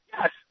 Yes